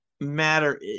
matter